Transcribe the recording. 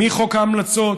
חוק ההמלצות,